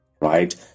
right